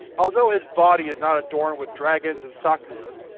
although his body is not adorned with dragons and sakuras,